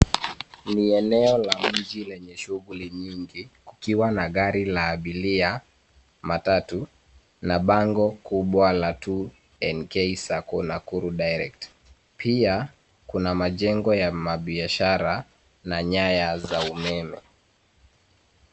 Ni eneo la mji lenye shughuli nyingi kukiwa na gari la abiria, matatu na bango kubwa la 2NK SACCO NAKURU DIRECT . Pia kuna majengo ya mabiashara na nyaya za umeme.